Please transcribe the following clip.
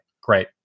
great